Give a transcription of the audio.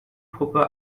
puppe